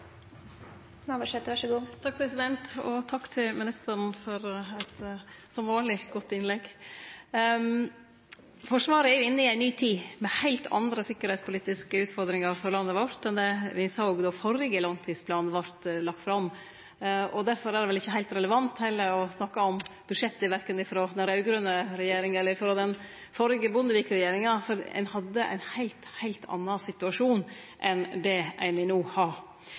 Takk til forsvarsministeren for eit, som vanleg, godt innlegg. Forsvaret er inne i ei ny tid med heilt andre sikkerheitspolitiske utfordringar for landet vårt enn det me såg då førre langtidsplan vart lagd fram. Derfor er det vel ikkje heilt relevant, heller, å snakke om budsjettet korkje frå den raud-grøne regjeringa eller frå Bondevik-regjeringa, for ein hadde ein heilt annan situasjon enn det ein no har.